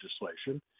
legislation